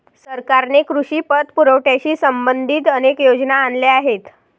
सरकारने कृषी पतपुरवठ्याशी संबंधित अनेक योजना आणल्या आहेत